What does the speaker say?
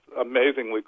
amazingly